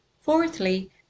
Fourthly